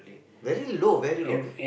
very low very low